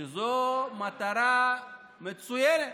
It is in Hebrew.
שזו מטרה מצוינת,